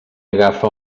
agafa